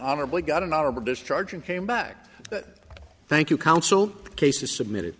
honorably got an honorable discharge and came back thank you council cases submitted